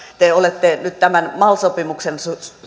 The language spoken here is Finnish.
te olette nyt tämän mal sopimuksen